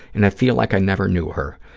and i feel like i never knew her.